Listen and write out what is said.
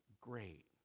great